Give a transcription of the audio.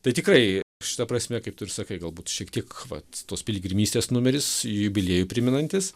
tai tikrai šita prasme kaip tu ir sakai galbūt šiek tiek vat tos piligrimystės numeris jubiliejų primenantis